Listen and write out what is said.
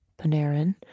Panarin